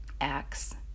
Acts